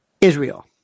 Israel